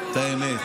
עוד פעם רם בן ברק?